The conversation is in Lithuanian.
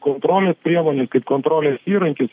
kontrolės priemonių kaip kontrolės įrankis